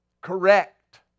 correct